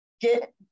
get